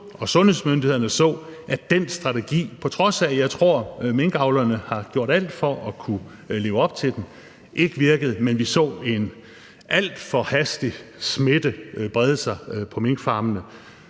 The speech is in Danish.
og sundhedsmyndighederne så, at den strategi, på trods af at jeg tror, at minkavlerne gjorde alt for at kunne leve op til den, ikke virkede, og da vi så en alt for hastig smittespredning på minkfarmene,